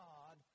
God